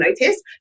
notice